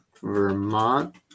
Vermont